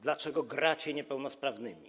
Dlaczego gracie niepełnosprawnymi?